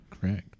Correct